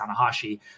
Tanahashi